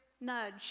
nudge